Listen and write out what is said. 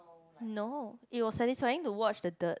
no it was satisfying to watch the dirt